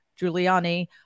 Giuliani